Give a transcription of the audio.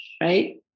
right